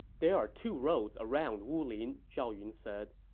there are two roads around wulin, zhao yun said.